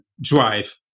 drive